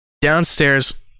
Downstairs